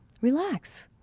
Relax